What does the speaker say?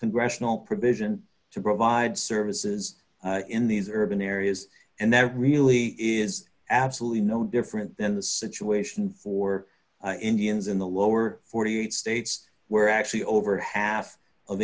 congressional provision to provide services in these urban areas and that really is absolutely no different than the situation for indians in the lower forty eight states where actually over half of